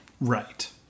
Right